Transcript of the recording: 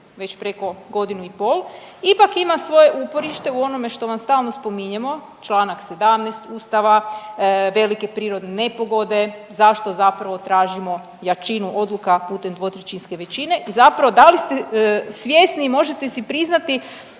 već preko godinu i pol ipak ima svoje uporište u onome što vam stalno spominjemo čl. 17. ustava, velike prirodne nepogode, zašto zapravo tražimo jačinu odluka putem dvotrećinske većine i zapravo da li ste svjesni i možete si priznati